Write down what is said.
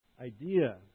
idea